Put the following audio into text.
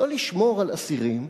לא לשמור על אסירים,